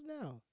now